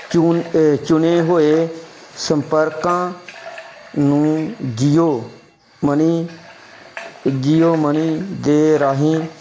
ਚੁ ਚੁਣੇ ਹੋਏ ਸੰਪਰਕਾਂ ਨੂੰ ਜੀਓ ਮਨੀ ਜੀਓ ਮਨੀ ਦੇ ਰਾਹੀਂ